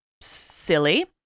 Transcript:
silly